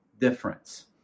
difference